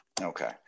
Okay